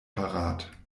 parat